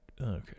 Okay